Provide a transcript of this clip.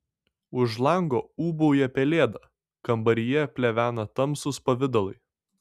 už lango ūbauja pelėda kambaryje plevena tamsūs pavidalai